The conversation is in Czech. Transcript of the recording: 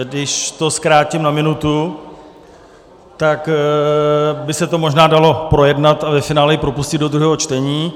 Když to zkrátím na minutu, tak by se to možná dalo projednat a ve finále i propustit do druhého čtení.